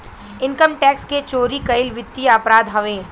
income tax के चोरी कईल वित्तीय अपराध हवे